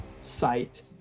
site